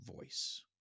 voice